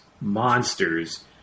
monsters